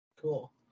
Cool